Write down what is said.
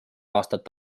aastat